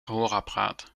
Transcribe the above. gehoorapparaat